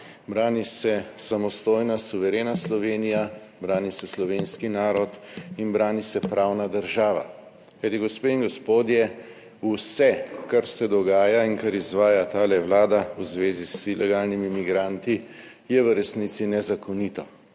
brani se samostojna suverena Slovenija, brani se slovenski narod in brani se pravna država, kajti gospe in gospodje, vse kar se dogaja in kar izvaja ta Vlada v zvezi z ilegalnimi migranti, je v resnici nezakonito